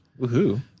Woohoo